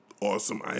awesome